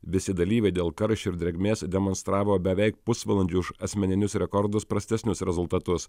visi dalyviai dėl karščio ir drėgmės demonstravo beveik pusvalandžiu už asmeninius rekordus prastesnius rezultatus